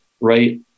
right